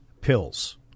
pills